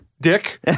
Dick